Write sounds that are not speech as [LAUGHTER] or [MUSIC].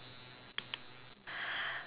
[BREATH]